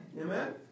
Amen